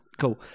Cool